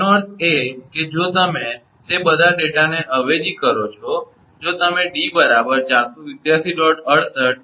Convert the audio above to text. તેનો અર્થ એ કે જો તમે તે બધા ડેટાને અવેજી કરો છો જો તમે 𝑑 487